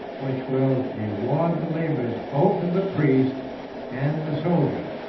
which will reward the labors both of the priest and the soldier.